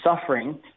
suffering